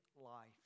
life